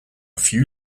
few